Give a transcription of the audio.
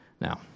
Now